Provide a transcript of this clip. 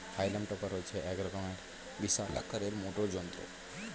হাইলাম টপার হচ্ছে এক রকমের বিশাল আকারের মোটর যন্ত্র